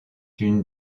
une